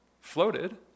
floated